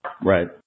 Right